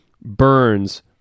Burns